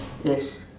yes